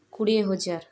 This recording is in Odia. କୋଡ଼ିଏ ହଜାର